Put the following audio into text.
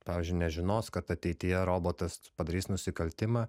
pavyzdžiui nežinos kad ateityje robotas padarys nusikaltimą